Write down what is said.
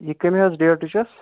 یہِ کٔمہِ حظ ڈیٹٕچ چھِ